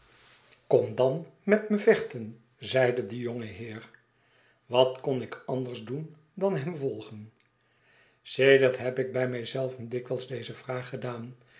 kom dan met me vechten zeide de jonge heer wat kon ik anders doen dan hem volgen sedert heb ik bij mij zelven dikwijls deze vraag gedaan